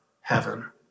heaven